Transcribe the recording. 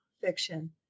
fiction